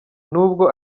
n’ubwo